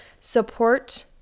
support